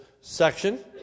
section